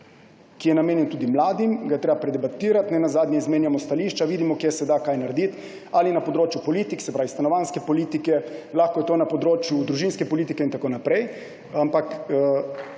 ki je namenjen tudi mladim, ga je treba predebatirati, izmenjamo stališča, vidimo, kje se da kaj narediti, ali na področju politik, se pravi stanovanjske politike, lahko je to na področju družinske politike in tako naprej. Ampak